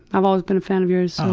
i've always been a fan of yours. oh